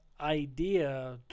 idea